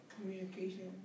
Communication